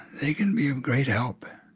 they can be of great help